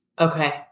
Okay